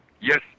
Yes